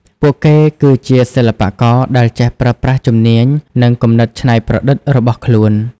ពួកគេគឺជាសិល្បករដែលចេះប្រើប្រាស់ជំនាញនិងគំនិតច្នៃប្រឌិតរបស់ខ្លួន។